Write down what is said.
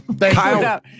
Kyle